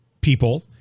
people